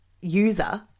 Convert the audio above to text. user